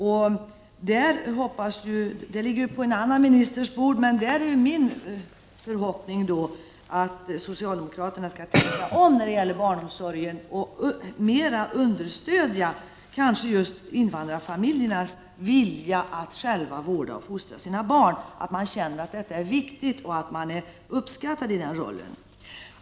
Denna fråga ligger på en annan ministers bord, men min förhoppning är att socialdemokraterna skall tänka om när det gäller barnomsorgen och mer understödja just invandrarfamiljernas vilja att själva vårda och fostra sina barn, så att de känner att detta arbete är viktigt och att de är uppskattade i den rollen.